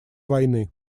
войны